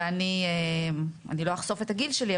ואני לא אחשוף את הגיל שלי,